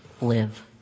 live